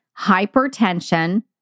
hypertension